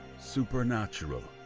supernatural.